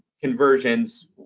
conversions